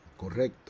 correcto